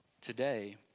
Today